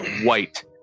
white